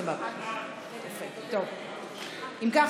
אם כך,